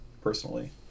personally